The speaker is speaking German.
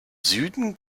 süden